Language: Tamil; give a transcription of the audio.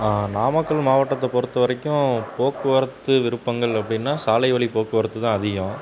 நாமக்கல் மாவட்டத்தைப் பொறுத்தவரைக்கும் போக்குவரத்து விருப்பங்கள் அப்படின்னா சாலை வழிப் போக்குவரத்து தான் அதிகம்